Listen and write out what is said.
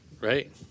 right